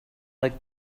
like